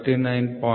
002 mm Therefore H